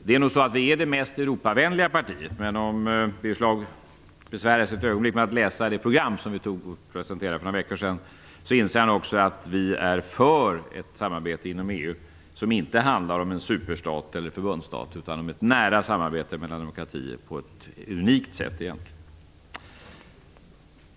Det är nog så att vi är det mest Europavänliga partiet, men om Birger Schlaug besvärar sig ett ögonblick med att läsa det program som vi presenterade för några veckor sedan inser han också att vi är för ett samarbete inom EU som inte handlar om en superstat eller en förbundsstat utan om ett nära samarbete mellan demokratier på ett unikt sätt.